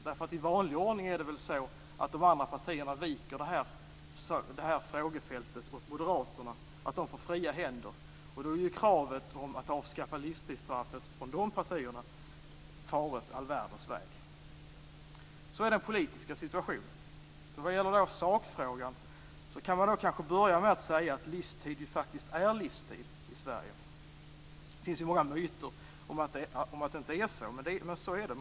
I vanlig ordning är det väl så att de andra partierna viker det här frågefältet åt Moderaterna så att de får fria händer. Då har ju kravet från de partierna om att avskaffa livstidsstraffet farit all världens väg. Så är den politiska situationen. När det gäller sakfrågan kan man kanske börja med att säga att livstid faktiskt är livstid i Sverige. Det finns ju många myter om att det inte är så, men så är det.